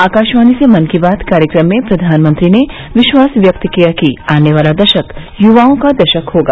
आकाशवाणी से मन की बात कार्यक्रम में प्रधानमंत्री ने विश्वास व्यक्त किया कि आने वाला दशक युवाओं का दशक होगा